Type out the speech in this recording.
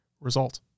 result